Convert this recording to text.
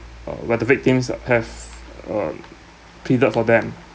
uh where the victims have um pleaded for them